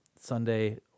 Sunday